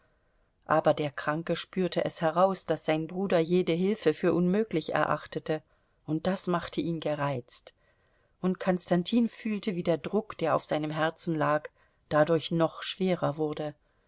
aber der kranke spürte es heraus daß sein bruder jede hilfe für unmöglich erachtete und das machte ihn gereizt und konstantin fühlte wie der druck der auf seinem herzen lag dadurch noch schwerer wurde